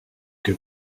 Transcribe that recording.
que